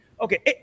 Okay